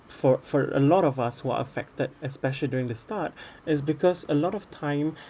for for a lot of us who are affected especially during the start is because a lot of time